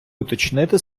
уточнити